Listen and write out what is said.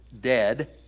dead